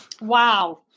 Wow